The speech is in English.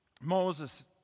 Moses